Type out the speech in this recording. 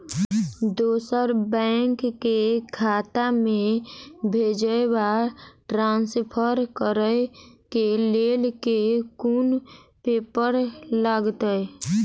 दोसर बैंक केँ खाता मे भेजय वा ट्रान्सफर करै केँ लेल केँ कुन पेपर लागतै?